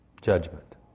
Judgment